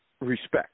respect